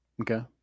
Okay